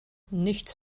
nichts